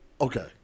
okay